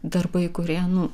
darbai kurie nu